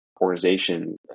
organization